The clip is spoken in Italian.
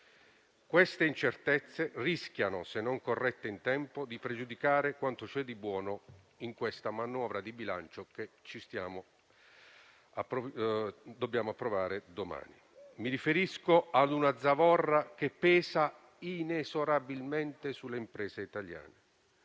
Queste incertezze rischiano, se non corrette in tempo, di pregiudicare quanto c'è di buono in questa manovra di bilancio, che dobbiamo approvare domani. Mi riferisco a una zavorra che pesa inesorabilmente sulle imprese italiane